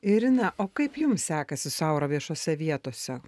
irina o kaip jums sekasi su aura viešose vietose